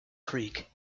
creek